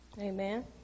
Amen